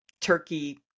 turkey